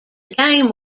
game